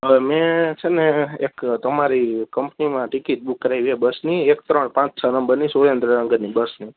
હાં મેં છે ને એક તમારી કંપનીમાં ટિકિટ બુક કરાઇવી બસની એક ત્રણ પાંચ સાત નંબર ની સુરેન્દ્રનગરની બસની